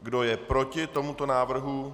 Kdo je proti tomuto návrhu?